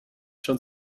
schon